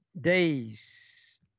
days